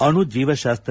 ಅಣು ಜೀವಶಾಸ್ತ್ರ